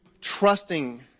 trusting